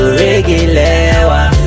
regular